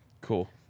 Cool